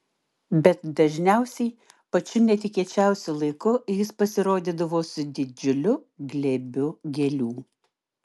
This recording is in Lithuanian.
bet dažniausiai pačiu netikėčiausiu laiku jis pasirodydavo su didžiuliu glėbiu gėlių